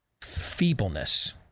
feebleness